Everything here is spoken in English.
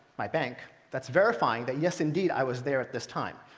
my bank, that's verifying that, yes indeed, i was there at this time.